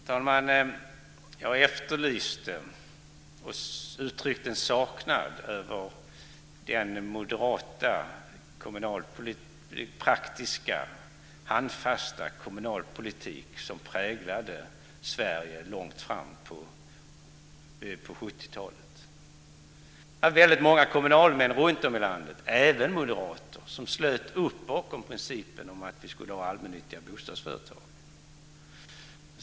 Fru talman! Jag efterlyste och uttryckte en saknad av den moderata, praktiska, handfasta kommunalpolitik som präglade Sverige långt fram på 70-talet. Då fanns det många kommunalmän runtom i landet, även moderater, som slöt upp bakom principen att vi skulle ha allmännyttiga bostadsföretag.